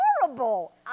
horrible